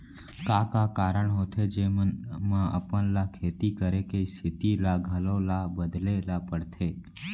का का कारण होथे जेमन मा हमन ला खेती करे के स्तिथि ला घलो ला बदले ला पड़थे?